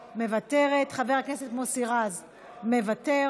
מוותרת, חבר הכנסת מוסי רז, מוותר.